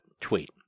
tweet